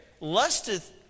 lusteth